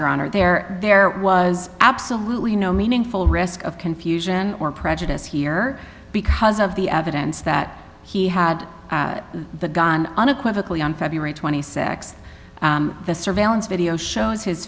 your honor there there was absolutely no meaningful risk of confusion or prejudice here because of the evidence that he had the gun unequivocally on february twenty sixth the surveillance video shows his